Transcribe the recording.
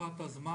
מה תקופת הזמן?